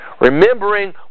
Remembering